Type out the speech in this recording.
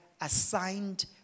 assigned